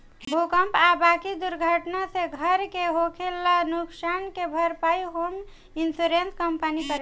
भूकंप आ बाकी दुर्घटना से घर के होखल नुकसान के भारपाई होम इंश्योरेंस कंपनी करेले